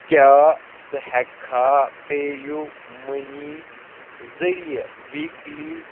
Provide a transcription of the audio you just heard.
کیٛاہ ژٕ ہٮ۪کھا پے یوٗ مٔنی ذٔریعہٕ ویٖکلی